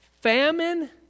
Famine